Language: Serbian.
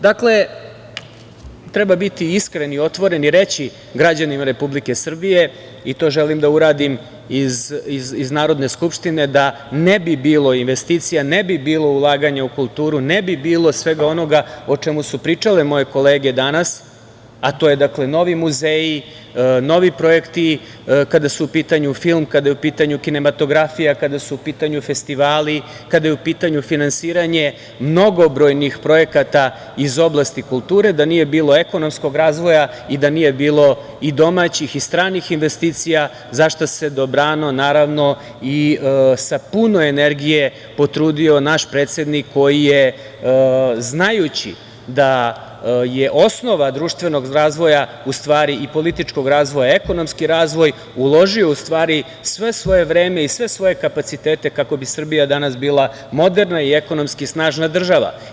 Dakle, treba biti iskren i otvoren i reći građanima Republike Srbije, i to želim da uradim iz Narodne skupštine, da ne bi bilo investicija, da ne bi bilo ulaganja u kulturu, ne bi bilo svega onoga o čemu su pričale moje kolege danas, a to je novi muzeji, novi projekti kada su u pitanju film, kinematografija, kada su u pitanju festivali, kada je u pitanju finansiranje mnogobrojnih projekata iz oblasti kulture, da nije bilo ekonomskog razvoja i da nije bilo i domaćih i stranih investicija, za šta se dobrano i sa puno energije potrudio naš predsednik, koji je znajući da je osnova društvenog razvoja, u stvari, i političkog razvoja, ekonomski razvoj, uložio sve svoje vreme i sve svoje kapacitete kako bi Srbija bila moderna i ekonomski snažna država.